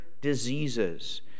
diseases